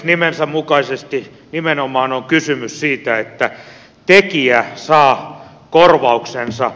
nimensä mukaisesti nimenomaan on kysymys siitä että tekijä saa korvauksensa